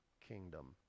kingdom